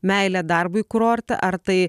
meilė darbui kurorte ar tai